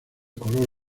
color